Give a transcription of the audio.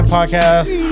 Podcast